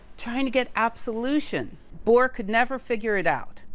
trying to get absolution? bohr could never figure it out.